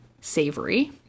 savory